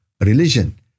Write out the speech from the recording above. religion